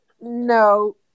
no